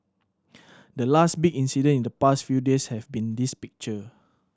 the last big incident in the past few days have been this picture